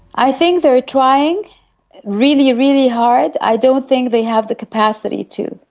i think they are trying really, really hard. i don't think they have the capacity to,